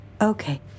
okay